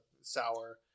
sour